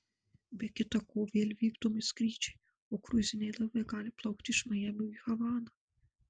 be kita ko vėl vykdomi skrydžiai o kruiziniai laivai gali plaukti iš majamio į havaną